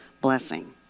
blessing